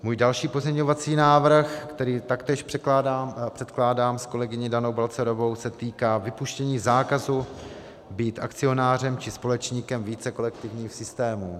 Můj další pozměňovací návrh, který taktéž předkládám s kolegyní Danou Balcarovou, se týká vypuštění zákazu být akcionářem či společníkem více kolektivních systémů.